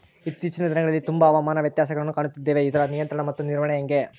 ಇತ್ತೇಚಿನ ದಿನಗಳಲ್ಲಿ ತುಂಬಾ ಹವಾಮಾನ ವ್ಯತ್ಯಾಸಗಳನ್ನು ಕಾಣುತ್ತಿದ್ದೇವೆ ಇದರ ನಿಯಂತ್ರಣ ಮತ್ತು ನಿರ್ವಹಣೆ ಹೆಂಗೆ?